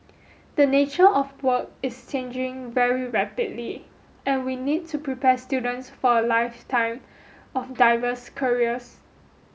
the nature of work is changing very rapidly and we need to prepare students for a lifetime of diverse careers